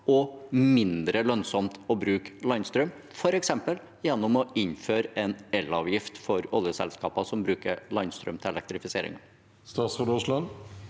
og mindre lønnsomt å bruke landstrøm, f.eks. gjennom å innføre en elavgift for oljeselskaper som bruker landstrøm til elektrifiseringen? Statsråd